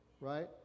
Right